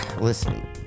Listen